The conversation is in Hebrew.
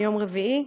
מיום רביעי.